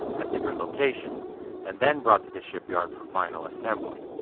at different locations and then brought to the shipyard for final assembly.